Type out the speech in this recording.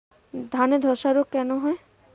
ধানে ধসা রোগ কেন হয়?